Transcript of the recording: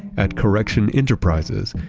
at correction enterprises,